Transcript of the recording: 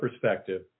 perspective